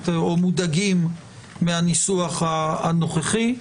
או מודאגים מהניסוח הנוכחי.